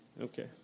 Okay